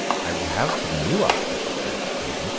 i will have for the new archbishop thought the king,